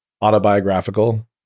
autobiographical